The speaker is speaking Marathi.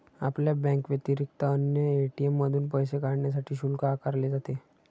आपल्या बँकेव्यतिरिक्त अन्य ए.टी.एम मधून पैसे काढण्यासाठी शुल्क आकारले जाते